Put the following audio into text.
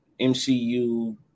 MCU